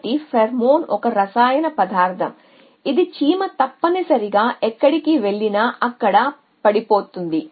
కాబట్టి ఫేర్మోన్ ఒక రసాయన పదార్ధం ఇది చీమ తప్పనిసరిగా ఎక్కడికి వెళ్లినా అక్కడ పడిపోతుంది